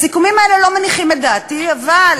הסיכומים האלה לא מניחים את דעתי, אבל